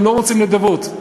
הם לא רוצים נדבות,